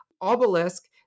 obelisk